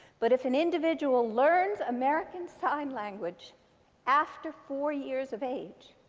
but if an individual learns american sign language after four years of age,